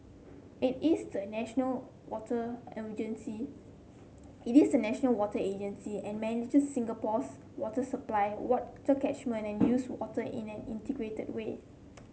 it is the national water agency it is the national water agency and manages Singapore's water supply water catchment and used water in an integrated way